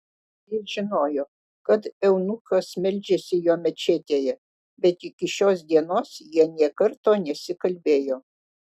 jis žinojo kad eunuchas meldžiasi jo mečetėje bet iki šios dienos jie nė karto nesikalbėjo